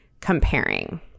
comparing